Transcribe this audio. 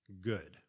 good